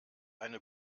eine